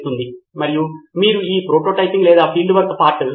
నితిన్ కురియన్ నేను ఆ వ్యక్తిగత మూల్యాంకనాన్ని జోడించగలనని అనుకుంటున్నాను